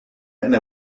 and